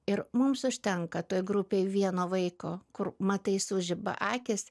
ir mums užtenka toj grupėj vieno vaiko kur matai sužiba akys